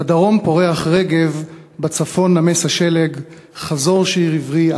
/ בדרום פורח רגב בצפון נמס השלג / חזור שיר עברי,